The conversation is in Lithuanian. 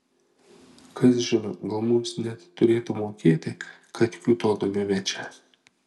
kas žino gal mums net turėtų mokėti kad kiūtotumėme čia